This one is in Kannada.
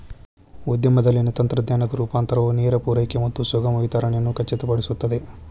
ಉದ್ಯಮದಲ್ಲಿನ ತಂತ್ರಜ್ಞಾನದ ರೂಪಾಂತರವು ನೇರ ಪೂರೈಕೆ ಮತ್ತು ಸುಗಮ ವಿತರಣೆಯನ್ನು ಖಚಿತಪಡಿಸುತ್ತದೆ